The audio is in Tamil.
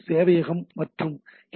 சேவையகம் மற்றும் ஹெச்